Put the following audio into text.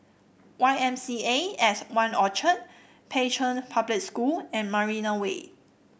Y M C A At One Orchard Pei Chun Public School and Marina Way